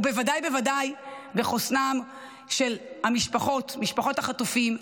ובוודאי ובוודאי בחוסנן של משפחות החטופים.